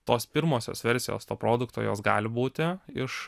tos pirmosios versijos to produkto jos gali būti iš